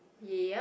yeap